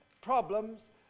problems